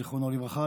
זיכרונו לברכה,